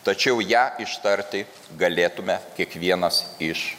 tačiau ją ištarti galėtume kiekvienas iš